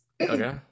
Okay